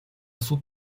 суд